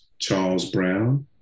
charlesbrown